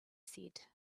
said